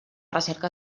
recerca